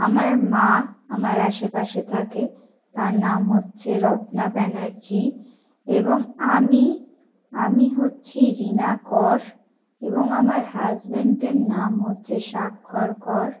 আমার মা আমার আশেপাশে থাকে তার নাম হচ্ছে রত্না ব্যানার্জী এবং আমি আমি হচ্ছি রিনা কর এবং আমার হাসবেন্ডের নাম হচ্ছে সাক্ষর কর